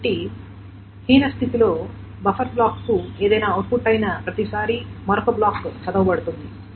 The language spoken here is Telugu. కాబట్టి హీనస్థితి లో బఫర్ బ్లాక్కు ఏదైనా అవుట్పుట్ అయిన ప్రతిసారీ మరొక బ్లాక్ చదవబడుతుంది